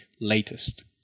latest